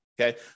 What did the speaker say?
Okay